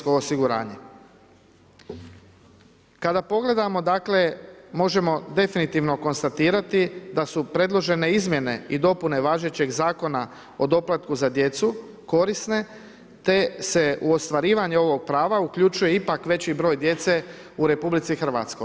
Kada pogledamo možemo definitivno konstatirati da su predložene izmjene i dopune važećeg Zakona o doplatku za djecu korisne te se u ostvarivanje ovog prava uključuje ipak veći broj djece u RH.